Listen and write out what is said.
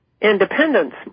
independence